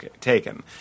taken